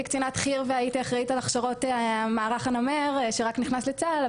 קצינת חי"ר והייתי אחראית על הכשרות מערך הנמר שרק נכנס לצה"ל,